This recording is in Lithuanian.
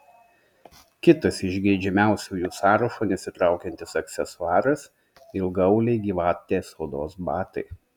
kitas iš geidžiamiausiųjų sąrašo nesitraukiantis aksesuaras ilgaauliai gyvatės odos batai